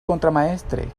contramaestre